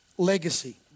Legacy